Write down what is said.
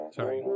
Sorry